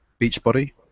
Beachbody